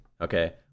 Okay